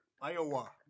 Iowa